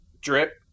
drip